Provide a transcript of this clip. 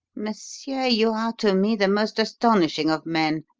monsieur, you are to me the most astonishing of men,